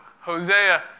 Hosea